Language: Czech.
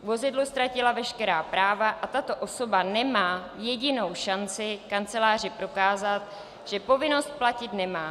k vozidlu ztratila veškerá práva, a tato osoba nemá jedinou šanci kanceláři prokázat, že povinnost platit nemá.